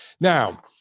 Now